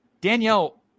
Danielle